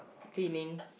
cleaning